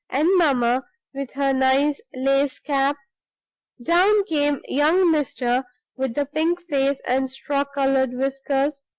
and mamma with her nice lace cap down came young mister with the pink face and straw-colored whiskers,